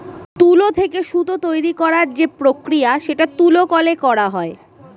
তুলো থেকে সুতো তৈরী করার যে প্রক্রিয়া সেটা তুলো কলে করা হয়